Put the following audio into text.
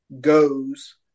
goes